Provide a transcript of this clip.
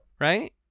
right